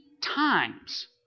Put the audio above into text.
times